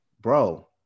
bro